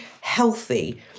healthy